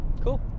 cool